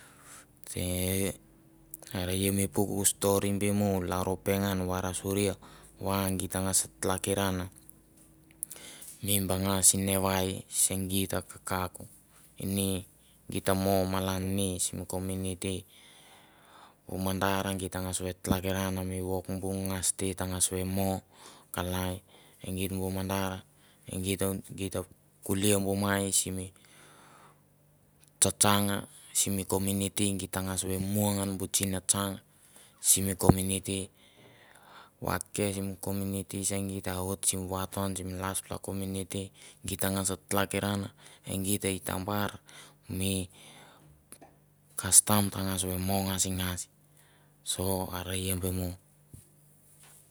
Tse ee are ia mi puk stori mo u lalro pengan varasuria va gi ta ngas t'lakiran mi banga sinavai se git ta kakauk. Ini git ta mo malan ni sim kominiti, bu mandar git tangas ve t'lakiran mi wok bung ngas te tangas ve mo kalai, e geit bu mandar, e gito gito kulia bu mai simi tsatsang simi kominiti git tangas ve mua ngan bu tsinatsang simi kominiti, vak ke simi kominiti se git a oit sim vaton sim lastpla kominiti, git tangas ve mo ngasingas. So are i bemo